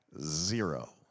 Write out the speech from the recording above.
Zero